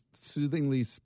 soothingly